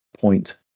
point